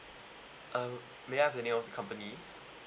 uh may I have the name of the company